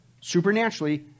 supernaturally